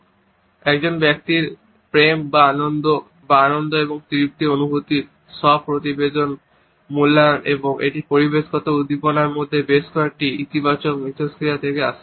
এটি একজন ব্যক্তির প্রেম বা আনন্দ বা আনন্দ এবং তৃপ্তির অনুভূতির স্ব প্রতিবেদিত মূল্যায়ন এবং এটি পরিবেশগত উদ্দীপনার মধ্যে বেশ কয়েকটি ইতিবাচক ইন্টারেকশন থেকে আসে